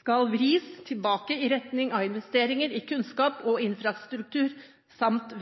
skal vris tilbake i retning av investeringer i kunnskap og infrastruktur samt